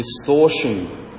distortion